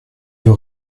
veux